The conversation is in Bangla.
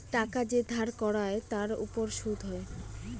টাকা যে ধার করায় তার উপর সুদ হয়